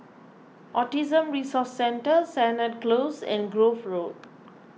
Autism Resource Centre Sennett Close and Grove Road